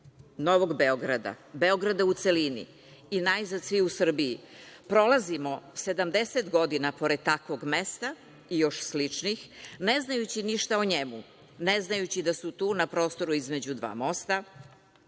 Novog Beograda, Beograda u celini i najzad svi u Srbiji prolazimo 70 godina pored takvog mesta i još sličnih, ne znajući ništa o njemu, ne znajući da su tu, na prostoru između dva mosta,